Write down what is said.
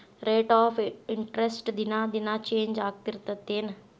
rate of interest ದಿನಾ ದಿನಾ change ಆಗ್ತಿರತ್ತೆನ್